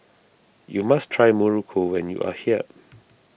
you must try Muruku when you are here